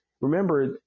remember